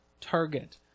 target